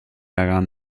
hagan